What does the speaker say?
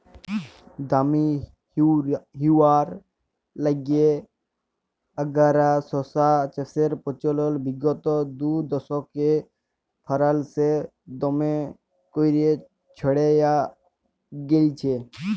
দামি হউয়ার ল্যাইগে আংগারা শশা চাষের পচলল বিগত দুদশকে ফারাল্সে দমে ক্যইরে ছইড়ায় গেঁইলছে